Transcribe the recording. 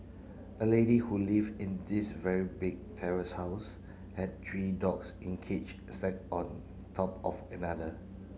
a lady who live in this very big terrace house had three dogs in cage stacked on top of another